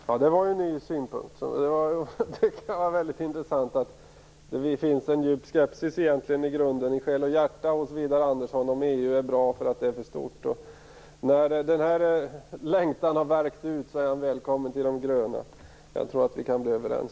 Fru talman! Ja, det var en ny och väldigt intressant synpunkt. Det finns i själ och hjärta egentligen en djup skepsis hos Widar Andersson till om EU är för stort. När den här längtan har värkt ut är han välkommen till de gröna. Jag tror att vi då kan bli överens.